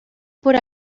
por